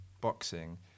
boxing